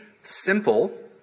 simple